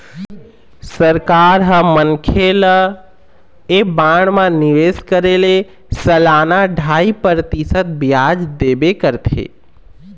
सरकार ह मनखे ल ऐ बांड म निवेश करे ले सलाना ढ़ाई परतिसत बियाज देबे करथे